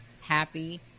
happy